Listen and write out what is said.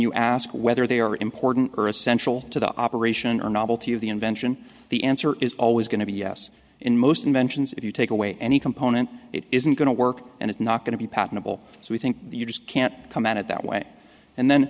you ask whether they are important central to the operation or novelty of the invention the answer is always going to be yes in most inventions if you take away any component it isn't going to work and it's not going to be patentable so we think you just can't come at it that way and then